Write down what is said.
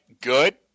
good